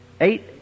Eight